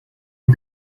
you